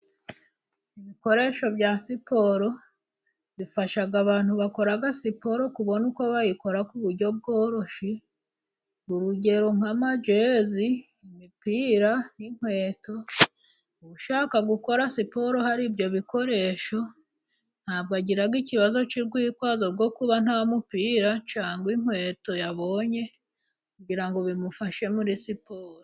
Ibikoresho bya siporo bifasha abantu bakora siporo kubona uko bayikora ku buryo bwororoshye, urugero nka magezi, imipira, n'inkweto ushaka gukora siporo hari ibyo bikoresho ntabwo agira ikibazo cy'urwitwazo rwo kuba nta mupira cyangwa inkweto yabonye kugirango ngo bimufashe muri siporo.